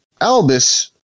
Albus